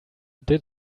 did